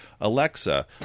Alexa